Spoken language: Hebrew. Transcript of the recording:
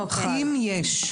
אם יש.